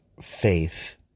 faith